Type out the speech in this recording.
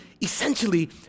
essentially